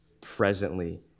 presently